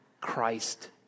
Christ